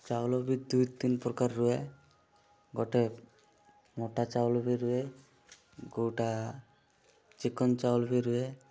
ଚାଉଳ ବି ଦୁଇ ତିନି ପ୍ରକାର ରୁହେ ଗୋଟେ ମୋଟା ଚାଉଳ ବି ରୁହେ ଗୋଟା ଚିକ୍କଣ ଚାଉଳ ବି ରୁହେ